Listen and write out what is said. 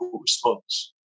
response